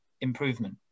improvement